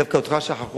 דווקא אותך שכחו,